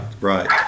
Right